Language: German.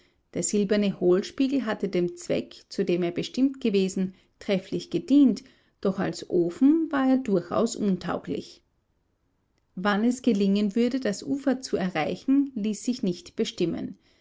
der silberne hohlspiegel hatte dem zweck zu dem er bestimmt gewesen trefflich gedient doch als ofen war er durchaus untauglich wann es gelingen würde das ufer zu erreichen ließ sich nicht bestimmen